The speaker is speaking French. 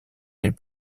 les